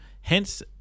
Hence